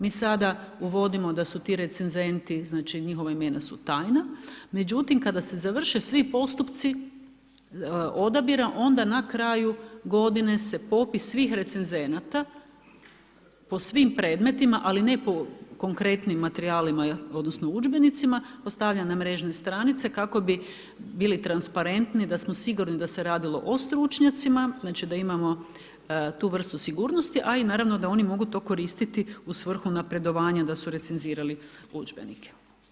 Mi sada uvodimo da su ti recenzenti, znači njihova imena su tajna, međutim kada se završe svi postupci odabira onda na kraju godine se popis svih recenzenata po svim predmetima ali ne po konkretnim materijalima odnosno udžbenicima postavlja na mrežne stranice kako bi bili transparentni da smo sigurni da se radilo o stručnjacima, znači da imamo tu vrstu sigurnosti a i naravno da oni mogu to koristiti u svrhu napredovanja da su recenzirali udžbenike.